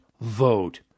vote